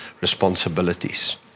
responsibilities